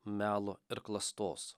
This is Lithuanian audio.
melo ir klastos